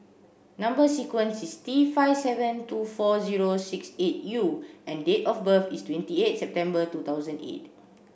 number sequence is T five seven two four zero six eight U and date of birth is twenty eight September two thousand eight